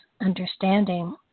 understanding